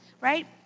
Right